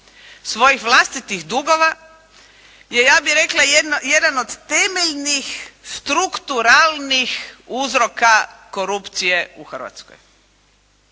svojih vlastitih dugova je, ja bih rekla, jedan od temeljnih strukturalnih uzroka korupcije u Hrvatskoj.